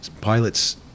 Pilots